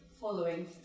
following